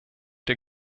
der